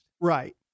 Right